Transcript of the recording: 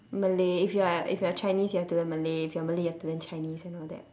malay if you are if you are chinese you have to learn malay if you are malay you have to learn chinese and all that